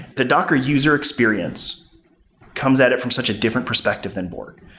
the docker user experience comes at it from such a different perspective than borg.